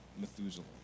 Methuselah